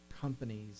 companies